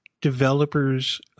developers